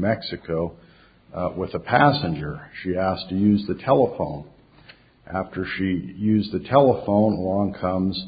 mexico with a passenger she asked to use the telephone after she used the telephone along comes